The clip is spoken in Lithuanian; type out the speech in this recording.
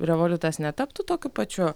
revoliutas netaptų tokiu pačiu